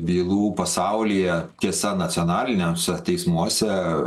bylų pasaulyje tiesa nacionaliniuose teismuose